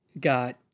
got